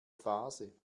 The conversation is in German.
phase